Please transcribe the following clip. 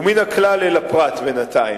ומן הכלל אל הפרט, בינתיים.